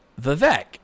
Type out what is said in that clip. Vivek